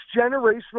generational